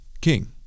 king